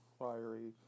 fiery